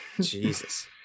Jesus